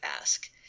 ask